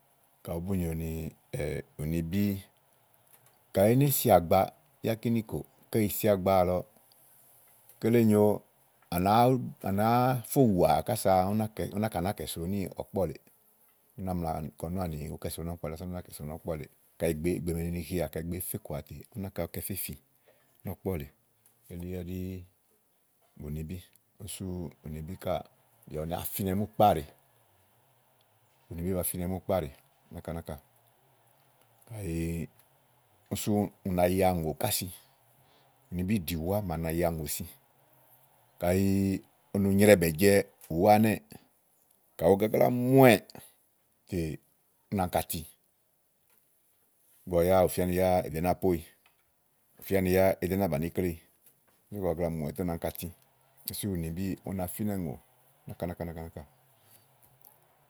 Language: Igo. kàɖi òó bunyòo ni ùnibi, kayi é né siàgba. Kíni kò. Kayi è sià gbàa àlɔ kele nyòo ànàá fo wùà kása úni náka nàáa fè mì nɔ̀ɔ́kpɔ́ lèeè. Á nàá ɖùà nyo kasa úni náka nàáa kɛ̀so nɔ́ɔ̀kpɔ lèeè. Kayi ìgbè èé fe kɔà, tè úni náka nàa kɛ fèfi nɔ́ɔ̀kpɔ̀ lèe elí ɛdɖi ùnibí úni sú ùnibi káà bìà ba finɛ múùkpàɖèe náka náka. Káyi u na ya ùŋò ká si. Ùnibí ɖìi ùwá màa na ya ùnò si. Kayi o no nyro ɛ́bɛ̀jɛ ùwá ɛnɛ́ɛ kàyi ù gagla mù wɛ̀ ètè ú nà aaŋkati. Yá ùfía ni òó do náa poéyi, òó ɖo náa bàni ikle éyi. Sú kàyi ù gagla mù wɛ̀ ètè ú nà áŋkati ú sú ni ùnibi fínɛúŋò náka nàka nàka nàka.